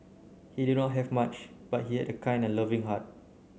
he did not have much but he had a kind and loving heart